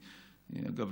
אגב,